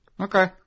Okay